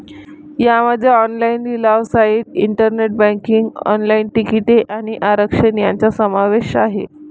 यामध्ये ऑनलाइन लिलाव site, internet banking, online तिकिटे आणि आरक्षण यांचा समावेश आहे